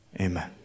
Amen